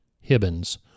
Hibbins